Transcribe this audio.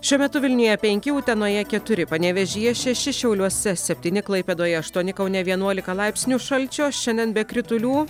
šiuo metu vilniuje penki utenoje keturi panevėžyje šeši šiauliuose septyni klaipėdoje aštuoni kaune vienuolika laipsnių šalčio šiandien be kritulių